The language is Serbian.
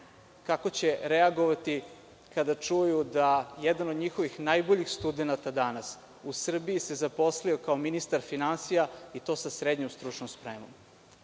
profesori Jejla kada čuju da jedan od njihovih najboljih studenata danas se u Srbiji zaposlio kao ministar finansija i to sa srednjom stručnom spremom.